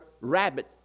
rabbit